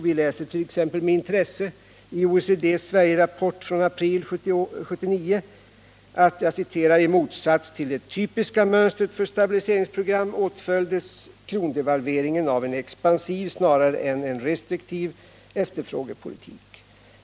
Vi läser t.ex. med intresse i OECD:s Sverigerapport från april 1979 att ”i motsats till det typiska mönstret för stabiliseringsprogram åtföljdes krondevalveringen av en expansiv snarare än en restriktiv efterfrågepolitik.